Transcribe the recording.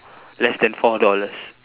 less than four dollars